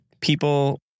people